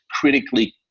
critically